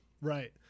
Right